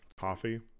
coffee